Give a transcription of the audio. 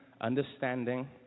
Understanding